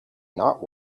not